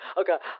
okay